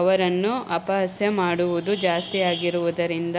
ಅವರನ್ನು ಅಪಹಾಸ್ಯ ಮಾಡುವುದು ಜಾಸ್ತಿ ಆಗಿರುವುದರಿಂದ